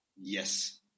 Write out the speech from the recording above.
Yes